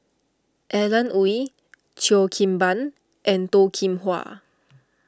Alan Oei Cheo Kim Ban and Toh Kim Hwa